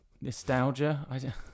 nostalgia